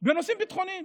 בנושאים ביטחוניים